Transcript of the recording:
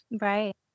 Right